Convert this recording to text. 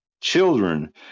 children